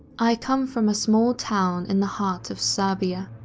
i come from a small town in the heart of serbia.